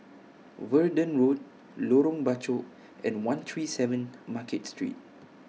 Verdun Road Lorong Bachok and one three seven Market Street